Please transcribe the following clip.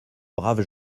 brave